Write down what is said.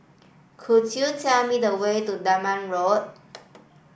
could you tell me the way to Denham Road